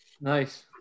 Nice